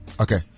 Okay